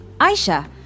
Aisha